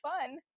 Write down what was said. fun